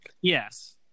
Yes